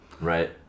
Right